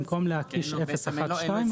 במקום להקיש 012,